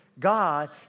God